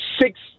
six